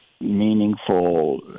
meaningful